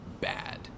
bad